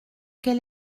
quel